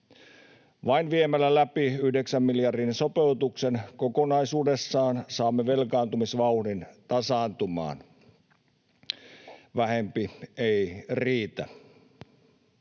Vain viemällä läpi yhdeksän miljardin sopeutuksen kokonaisuudessaan saamme velkaantumisvauhdin tasaantumaan. Vähempi ei riitä.